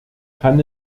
kann